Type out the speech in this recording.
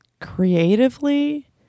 creatively